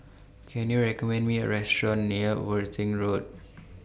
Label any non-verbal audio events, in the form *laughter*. Can YOU recommend Me A Restaurant near Worthing Road *noise*